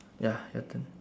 ya your turn